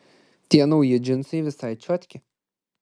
tie nauji džinsai visai čiotki